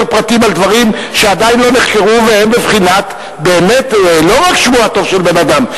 פרטים על דברים שעדיין לא נחקרו והם בבחינת לא רק שמו הטוב של בן-אדם,